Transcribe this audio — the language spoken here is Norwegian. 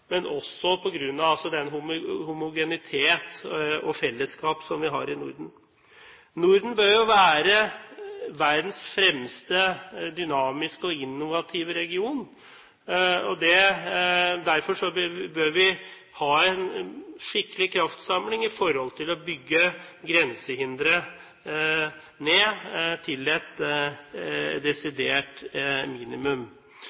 også på grunn av den homogenitet og det fellesskap som vi har i Norden. Norden bør jo være verdens fremste dynamiske og innovative region. Derfor bør vi ha en skikkelig kraftsamling for å bygge grensehindre ned til et